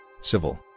civil